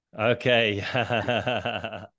Okay